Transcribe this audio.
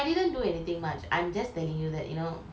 people get to have more family time ah oh